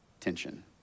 tension